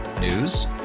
News